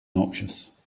noxious